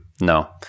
No